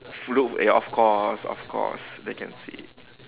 full of ya of course of course then can see